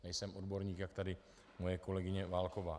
Nejsem odborník, jak tady moje kolegyně Válková.